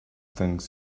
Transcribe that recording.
things